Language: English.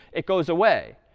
it goes away.